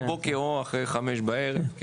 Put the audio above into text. או בוקר או אחרי חמש בערב.